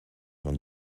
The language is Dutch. van